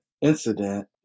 incident